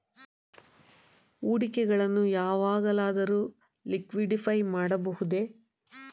ಹೂಡಿಕೆಗಳನ್ನು ಯಾವಾಗಲಾದರೂ ಲಿಕ್ವಿಡಿಫೈ ಮಾಡಬಹುದೇ?